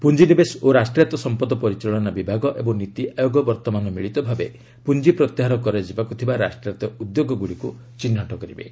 ପୁଞ୍ଜିନିବେଶ ଓ ରାଷ୍ଟ୍ରାୟତ୍ତ ସମ୍ପଦ ପରିଚାଳନା ବିଭାଗ ଏବଂ ନୀତି ଆୟୋଗ ବର୍ତ୍ତମାନ ମିଳିତ ଭାବେ ପୁଞ୍ଜି ପ୍ରତ୍ୟାହାର କରାଯିବାକୁ ଥିବା ରାଷ୍ଟ୍ରାୟତ୍ତ ଉଦ୍ୟୋଗଗୁଡ଼ିକୁ ଚିହ୍ନଟ କରିବେ